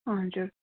हजुर